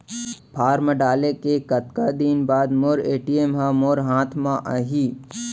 Form डाले के कतका दिन बाद मोर ए.टी.एम ह मोर हाथ म आही?